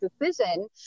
decision